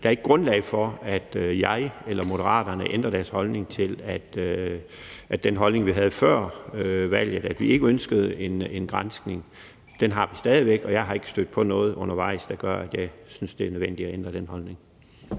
at der ikke er grundlag for, at jeg eller Moderaterne ændrer den holdning, vi havde før valget, altså at vi ikke ønskede en granskning. Den holdning har vi stadig væk, og jeg er ikke stødt på noget undervejs, der gør, at jeg synes, det er nødvendigt at ændre den holdning.